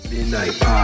Midnight